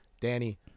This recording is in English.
Danny